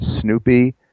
Snoopy